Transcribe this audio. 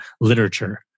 literature